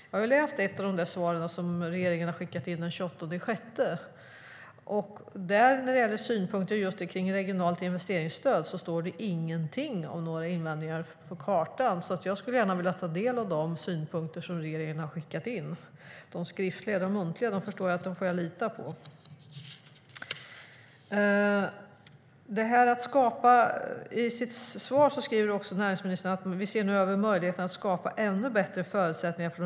Jag har läst ett svar som regeringen skickade in den 28 juni, men när det gäller synpunkter på regionalt investeringsstöd står det ingenting om några invändningar om kartan. Jag skulle gärna vilja ta del av de skriftliga synpunkter regeringen skickat in. De muntliga förstår jag att jag får lita på. I sitt svar säger också näringsministern: "Vi ser nu över möjligheterna att skapa ännu bättre förutsättningar för .